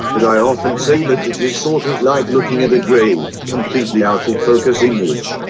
but i often say that it is sort of like looking at a grainy, completely out of focus image,